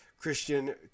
Christian